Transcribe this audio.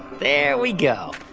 there we go.